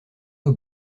aux